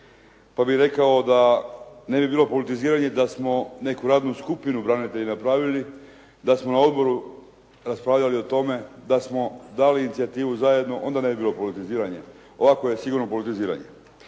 pa bih rekao da ne bi bilo politiziranje da smo neku radnu skupinu branitelja napravili, da smo na odboru raspravljali o tome, da smo dali inicijativu zajedno, onda ne bi bilo politiziranje. Ovako je sigurno politiziranje.